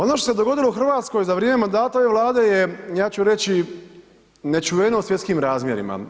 Ono što se dogodilo u Hrvatskoj za vrijeme mandata ove Vlade je, ja ću reći, nečuveno svjetskim razmjerima.